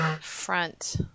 front